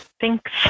Thanks